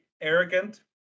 arrogant